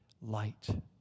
light